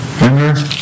Remember